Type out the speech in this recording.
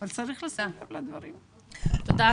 תודה,